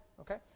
okay